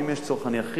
ואם יש צורך אני אכריע,